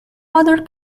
other